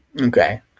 Okay